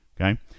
Okay